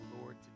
Lord